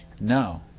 No